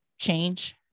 change